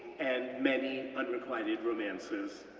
and many unrequited romances.